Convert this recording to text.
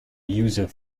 user